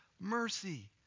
mercy